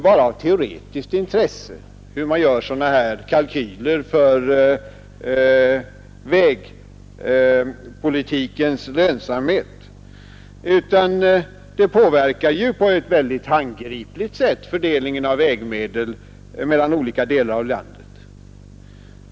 Hur man gör sådana kalkyler för vägpolitikens lönsamhet är inte bara av teoretiskt intresse utan det påverkar på ett mycket handgripligt sätt fördelningen av vägmedel mellan olika delar av landet.